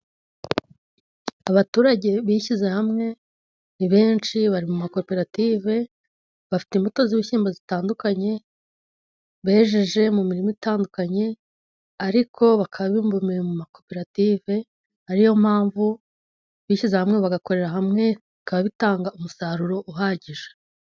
Abaturage bishyize hamwe ni benshi bari mu makoperative, bafite imbuto z'ibishyimbo zitandukanye bejeje mu miririmo itandukanye, ariko bakaba bibumbiye mu makoperative, ariyo mpamvu bishyize hamwe bagakorera hamwe bikababitanga umusaruro uhagije.